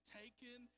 taken